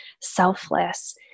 selfless